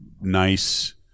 nice